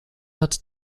hat